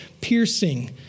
piercing